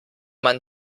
man